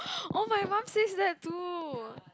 oh my mum says that too